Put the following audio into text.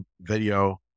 video